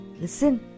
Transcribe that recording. Listen